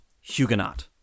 Huguenot